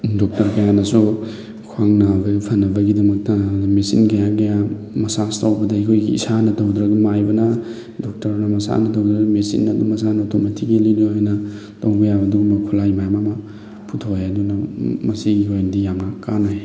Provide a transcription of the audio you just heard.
doctor ꯀꯌꯥꯅꯁꯨ ꯈ꯭ꯋꯥꯡ ꯅꯥꯕꯒꯤ ꯐꯅꯕꯒꯤꯗꯃꯛꯇ ꯃꯦꯆꯤꯟ ꯀꯌꯥ ꯀꯌꯥ ꯃꯁꯥꯁ ꯇꯧꯕꯗ ꯑꯩꯈꯣꯏꯒꯤ ꯏꯁꯥꯅ ꯇꯧꯗ꯭ꯔꯕ ꯃꯥꯏꯕꯅ ꯗꯣꯛꯇꯔꯅ ꯃꯁꯥꯅ ꯇꯧꯖꯕ ꯃꯦꯆꯤꯟ ꯑꯗꯨꯝ ꯃꯁꯥꯅ ꯑꯣꯇꯣꯃꯦꯇꯤꯀꯦꯂꯤ ꯑꯣꯏꯅ ꯇꯧꯕ ꯌꯥꯕ ꯑꯗꯨꯒꯨꯝꯕ ꯈꯨꯠꯂꯥꯏ ꯃꯌꯥꯝ ꯑꯃ ꯄꯨꯊꯣꯛꯑꯦ ꯑꯗꯨꯅ ꯃꯁꯤꯒꯤ ꯑꯣꯏꯅꯗꯤ ꯌꯥꯝꯅ ꯀꯥꯟꯅꯩ